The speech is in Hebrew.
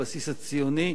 הבסיס הציוני,